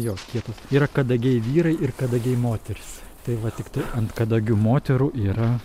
jos kietos yra kadagiai vyrai ir kadagiai moterys tai va tiktai ant kadagių moterų yra